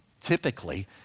typically